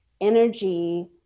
energy